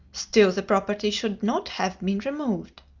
still the property should not have been removed.